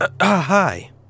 Hi